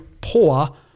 poor